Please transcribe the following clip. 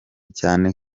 cyane